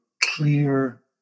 clear